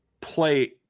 play